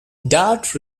dart